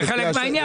כן, זה חלק מהשאלה.